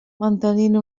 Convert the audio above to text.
mantenint